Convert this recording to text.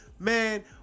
Man